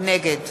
נגד